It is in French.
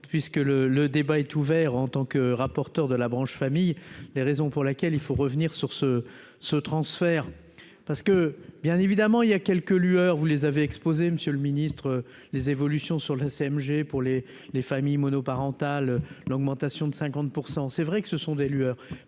puisque le le débat est ouvert en tant que rapporteur de la branche famille des raisons pour laquelle il faut revenir sur ce ce transfert, parce que bien évidemment il y a quelques lueurs, vous les avez exposés Monsieur le Ministre, les évolutions sur la CMG pour les les familles monoparentales, l'augmentation de 50 % c'est vrai que ce sont des lueurs